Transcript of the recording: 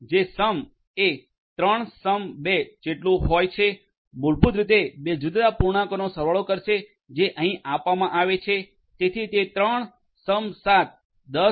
જે સમ એ 3 7 જેટલુ હોય છે મૂળભૂત રીતે બે જુદા જુદા પૂર્ણાંકોનો સરવાળો કરશે જે અહીં આપવામાં આવે છે તેથી તે 3 7 10